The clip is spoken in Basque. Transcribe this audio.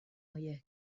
horiek